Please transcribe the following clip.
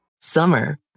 Summer